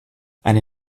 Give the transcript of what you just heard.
eine